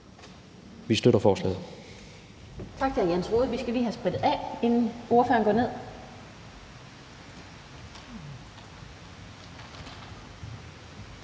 støtter vi forslaget.